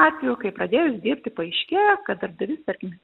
atvejų kai pradėjus dirbti paaiškėja kad darbdavys tarkim